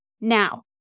Now